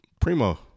Primo